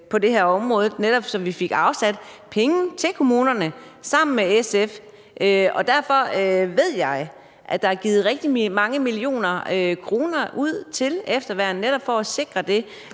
på det her område, så vi netop fik afsat penge til kommunerne, sammen med SF. Og derfor ved jeg, at der er givet rigtig mange millioner kroner ud til efterværn for netop at sikre det.